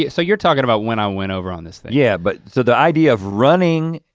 yeah so you're talking about when i went over on this thing. yeah, but, so the idea of running,